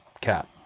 cat